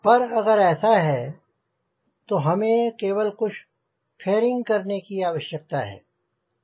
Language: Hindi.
पर अगर ऐसा है तो हमें केवल कुछ फेरिंग करने की आवश्यकता है